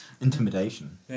Intimidation